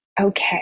Okay